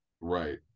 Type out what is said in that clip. Right